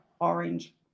orange